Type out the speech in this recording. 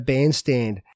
Bandstand